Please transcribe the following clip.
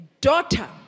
daughter